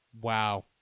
Wow